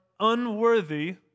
unworthy